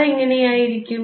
അത് എങ്ങനെയായിരിക്കും